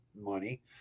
money